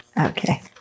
Okay